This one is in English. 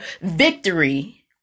victory